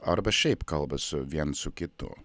arba šiaip kalba su viens su kitu